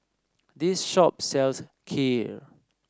this shop sells Kheer